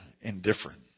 indifferent